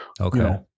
Okay